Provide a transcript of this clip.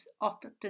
often